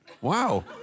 Wow